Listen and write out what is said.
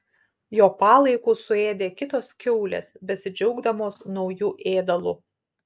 jo palaikus suėdė kitos kiaulės besidžiaugdamos nauju ėdalu